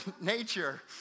nature